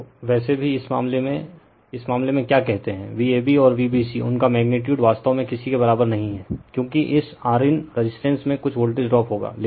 तो वैसे भी इस मामले में इस मामले में क्या कहते हैं Vab और Vbc उनका मैग्नीटयूड वास्तव में किसी के बराबर नहीं है रिफर टाइम 2150 क्योंकि इस Rin रेजिस्टेंस में कुछ वोल्टेज ड्रॉप होगा